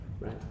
Right